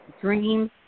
dreams